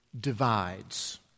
divides